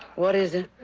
what is it?